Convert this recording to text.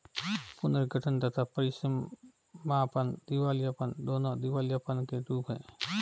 पुनर्गठन तथा परीसमापन दिवालियापन, दोनों दिवालियापन के रूप हैं